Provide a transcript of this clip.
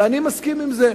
ואני מסכים עם זה.